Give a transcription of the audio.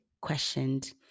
questioned